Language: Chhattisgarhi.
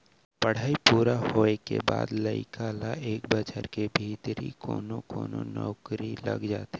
पड़हई पूरा होए के बाद लइका ल एक बछर के भीतरी कोनो कोनो नउकरी लग जाथे